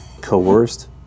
coerced